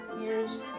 years